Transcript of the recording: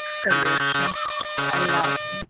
چلیے اچھا اللہ حافظ